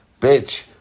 Bitch